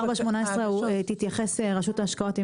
אני רשות ההשקעות תתייחס ל-4.18 --- אני